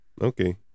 Okay